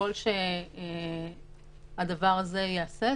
כדי שנאזן לנו את החשיבה כי אנחנו מסתכלים גם על ההיבטים שגברתי אמרה,